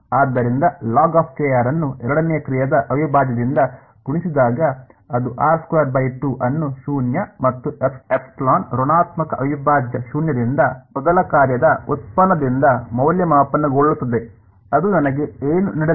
ಆದ್ದರಿಂದ ಅನ್ನು ಎರಡನೇ ಕ್ರಿಯೆಯ ಅವಿಭಾಜ್ಯದಿಂದ ಗುಣಿಸಿದಾಗ ಅದು ಅನ್ನು ಶೂನ್ಯ ಮತ್ತು ε ಋಣಾತ್ಮಕ ಅವಿಭಾಜ್ಯ ಶೂನ್ಯದಿಂದ ಮೊದಲ ಕಾರ್ಯದ ಉತ್ಪನ್ನದಿಂದ ಮೌಲ್ಯಮಾಪನಗೊಳ್ಳುತ್ತದೆ ಅದು ನನಗೆ ಏನು ನೀಡಲಿದೆ